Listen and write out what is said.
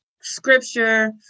scripture